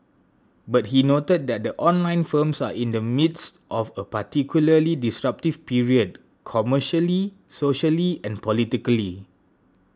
but he noted that the online firms are in the midst of a particularly disruptive period commercially socially and politically